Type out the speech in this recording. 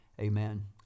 Amen